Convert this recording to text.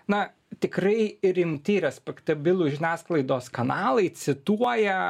na tikrai rimti respektabilūs žiniasklaidos kanalai cituoja